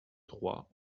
trois